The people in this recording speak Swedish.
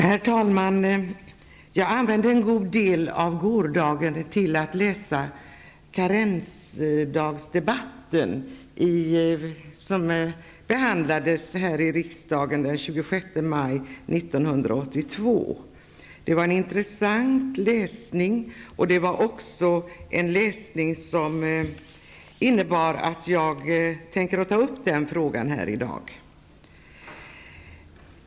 Herr talman! Jag änvände en god del av gårdagen till att läsa karensdagsdebatten som ägde rum här i riksdagen den 26 maj 1982. Det var en intressant läsning, och den ledde till att jag tänker ta upp den frågan här i dag.